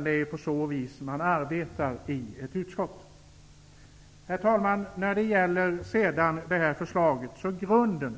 Det är ju på så vis som man arbetar i ett utskott. Herr talman! Grunden